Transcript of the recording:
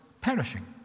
perishing